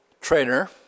Trainer